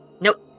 Nope